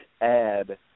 add